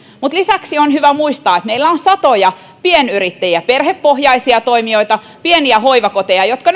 mutta lisäksi on hyvä muistaa että meillä on satoja pienyrittäjiä perhepohjaisia toimijoita pieniä hoivakoteja jotka